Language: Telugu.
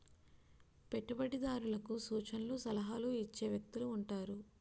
పెట్టుబడిదారులకు సూచనలు సలహాలు ఇచ్చే వ్యక్తులు ఉంటారు